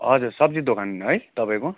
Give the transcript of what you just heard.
हजुर सब्जी दोकान है तपाईँको